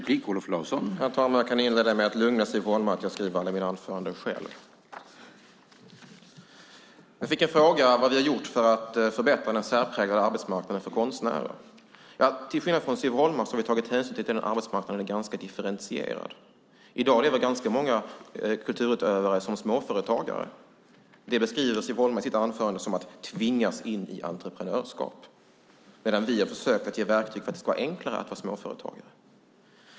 Herr talman! Jag kan inleda med att lugna Siv Holma med att jag skriver alla mina anföranden själv. Jag fick en fråga om vad vi har gjort för att förbättra den särpräglade arbetsmarknaden för konstnärer. Till skillnad från Siv Holma har vi tagit hänsyn till att arbetsmarknaden är differentierad. I dag är det ganska många kulturutövare som är småföretagare. Det beskriver Siv Holma i sitt anförande som att man tvingas in i entreprenörskap. Vi har försökt att ge verktyg för att det ska vara enklare att vara småföretagare.